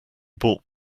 bought